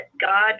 god